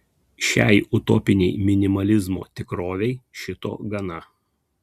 šiai utopinei minimalizmo tikrovei šito gana